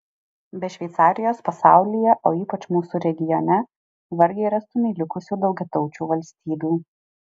be šveicarijos pasaulyje o ypač mūsų regione vargiai rastumei likusių daugiataučių valstybių